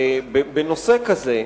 בנושא כזה,